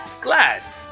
glad